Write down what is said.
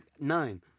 nine